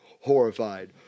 Horrified